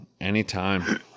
anytime